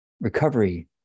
recovery